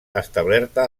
establerta